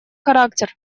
характер